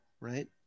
Right